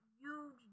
huge